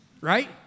right